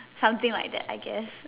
something like that I guess